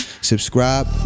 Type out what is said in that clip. subscribe